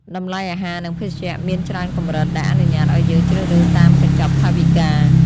តម្លៃអាហារ និងភេសជ្ជៈមានច្រើនកម្រិត ដែលអនុញ្ញាតឱ្យយើងជ្រើសរើសតាមកញ្ចប់ថវិកា។